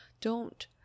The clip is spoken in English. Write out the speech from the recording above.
Don't